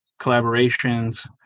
collaborations